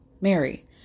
Mary